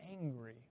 angry